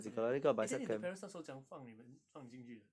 对对对 eh then 你的 parents 那时候怎样放你们放你进去的